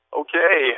okay